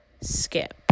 Skip